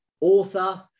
author